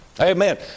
Amen